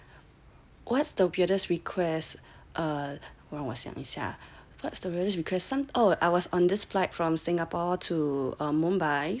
what's the weirdest reques err 让我想一下 what's the weirdest request err I was on this flight from Singapore to um Mumbai